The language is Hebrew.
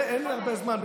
אין לי הרבה זמן,